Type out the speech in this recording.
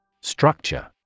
Structure